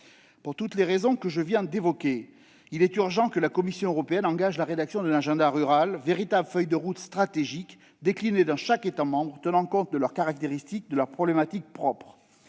Pour toutes les raisons que je viens d'évoquer, il est urgent que la Commission européenne engage la rédaction d'un agenda rural, véritable feuille de route stratégique déclinée dans chaque État membre et tenant compte de leurs caractéristiques et de leurs problématiques propres.